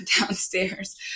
downstairs